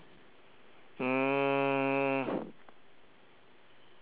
mm